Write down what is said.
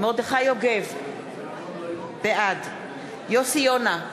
מרדכי יוגב, בעד יוסי יונה,